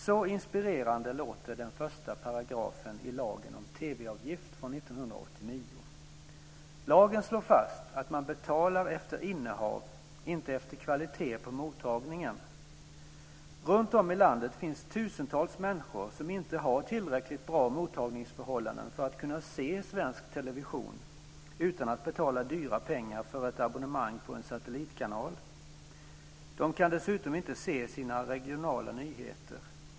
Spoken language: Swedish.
Så inspirerande låter den första paragrafen i lagen om TV-avgift från 1989. Lagen slår fast att man betalar efter innehav, inte efter kvalitet på mottagningen. Runtom i landet finns tusentals människor som inte har tillräckligt bra mottagningsförhållanden för att kunna se svensk television utan att betala dyra pengar för ett abonnemang på en satellitkanal. De kan dessutom inte se sina regionala nyheter.